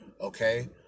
okay